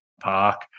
park